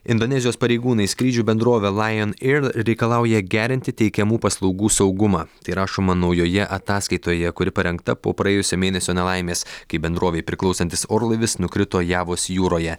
indonezijos pareigūnai skrydžių bendrovė lajon eir reikalauja gerinti teikiamų paslaugų saugumą tai rašoma naujoje ataskaitoje kuri parengta po praėjusio mėnesio nelaimės kai bendrovei priklausantis orlaivis nukrito javos jūroje